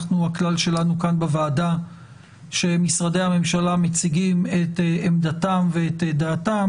הכלל שלנו כאן בוועדה שמשרדי הממשלה מציגים את עמדתם ואת דעתם,